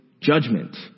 judgment